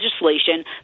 legislation